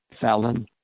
Fallon